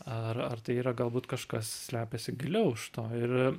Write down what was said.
ar ar tai yra galbūt kažkas slepiasi giliau už to ir